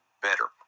better